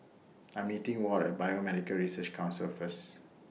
I'm meeting Ward At Biomedical Research Council First